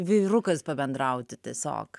vyrukais pabendrauti tiesiog